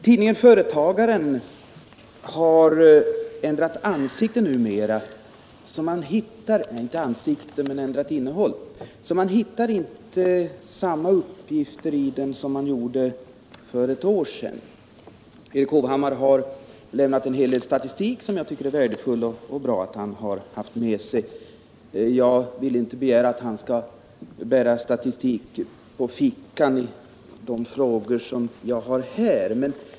Tidningen Företagaren har ändrat ansikte — eller rättare sagt innehåll —- numera, så att man inte hittar samma kritiska uppgifter i den som man gjorde för ett år sedan. Erik Hovhammar har lämnat en hel del statistik, som jag tycker det är värdefullt att han har haft med sig. Jag begär dock inte att han skall bära statistik med sig i fickan när det gäller de frågor som jag ställer här.